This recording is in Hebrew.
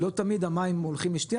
לא תמיד המים הולכים למי שתיה,